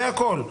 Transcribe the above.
זה הכול.